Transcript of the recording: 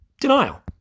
denial